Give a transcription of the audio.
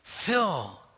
fill